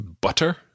butter